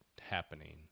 happening